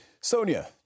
Sonia